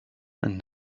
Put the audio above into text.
and